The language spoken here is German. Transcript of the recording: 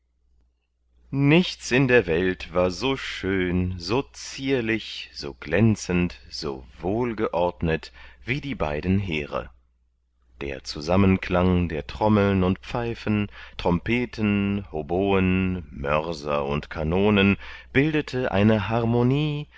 nichts in der welt war so schön so zierlich so glänzend so wohlgeordnet wie die beiden heere der zusammenklang der trommeln und pfeifen trompeten hoboen mörser und kanonen bildete eine harmonie